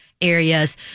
areas